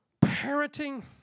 parenting